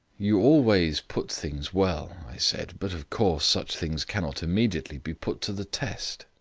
you always put things well, i said, but, of course, such things cannot immediately be put to the test.